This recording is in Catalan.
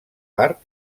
part